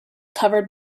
covered